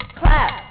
clap